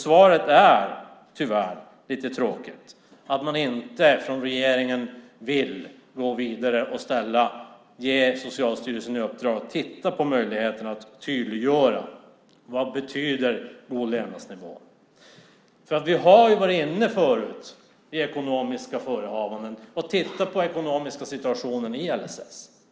Svaret är tyvärr - vilket är lite tråkigt - att regeringen inte vill gå vidare och ge Socialstyrelsen i uppdrag att titta på möjligheten att tydliggöra vad god levnadsnivå betyder. Vi har tidigare tittat på den ekonomiska situationen i LSS.